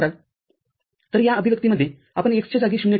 तरया अभिव्यक्तीमध्येआपण x च्या जागी ० ठेऊ